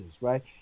right